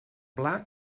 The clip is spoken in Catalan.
pla